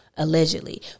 Allegedly